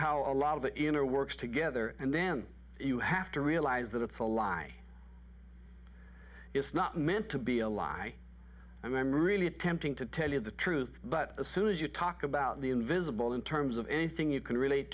how a lot of the inner works together and then you have to realize that it's a lie it's not meant to be a lie and i'm really attempting to tell you the truth but as soon as you talk about the invisible in terms of anything you can relate